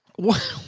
what